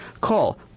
Call